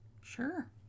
Sure